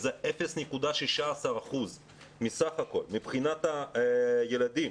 שזה 0.16%. מבחינת הילדים